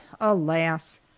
alas